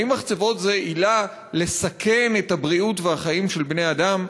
האם מחצבות הן עילה לסכן את הבריאות והחיים של בני-אדם?